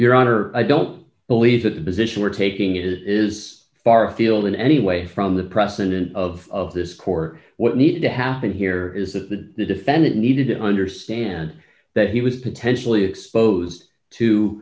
your honor i don't believe that position we're taking it is far afield in any way from the precedent of this court what needed to happen here is that the defendant needed to understand that he was potentially exposed to